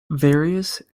various